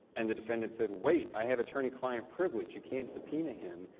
and the defendant said wait, i have attorney client privilege, you cannot subpoena him,